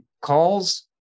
calls